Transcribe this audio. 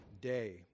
day